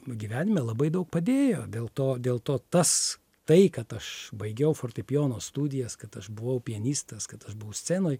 gyvenime labai daug padėjo dėlto dėl to tas tai kad aš baigiau fortepijono studijas kad aš buvau pianistas kad aš buvau scenoj